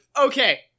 Okay